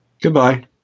goodbye